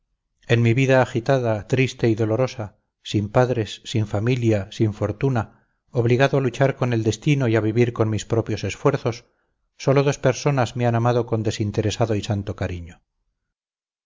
en mi vida agitada triste y dolorosa sin padres sin familia sin fortuna obligado a luchar con el destino y a vivir con mis propios esfuerzos sólo dos personas me han amado con desinteresado y santo cariño